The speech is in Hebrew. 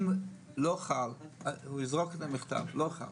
אם לא חל הוא יזרוק את המכתב, לא חל,